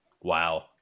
Wow